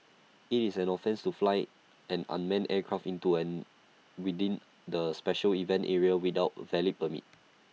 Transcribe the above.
IT is an offence to fly an unmanned aircraft into within the special event area without A valid permit